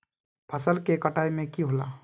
फसल के कटाई में की होला?